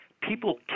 people